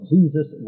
Jesus